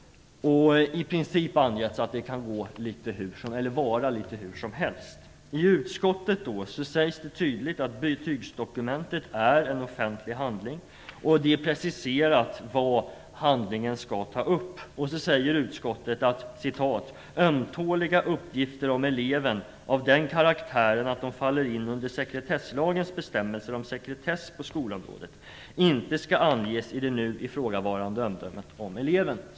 Det har i princip angivits att det kan utformas litet hur som helst. Utskottet uttalar tydligt att betygsdokumentet är en offentlig handling och att det är preciserat vad handlingen skall innehålla. Utskottet framhåller att "ömtåliga uppgifter om eleven av den karaktären att de faller in under sekretesslagens bestämmelser om sekretess på skolområdet inte skall anges i det nu ifrågavarande omdömet om eleven".